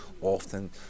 often